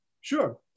Sure